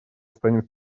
станет